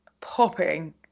popping